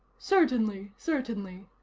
certainly. certainly.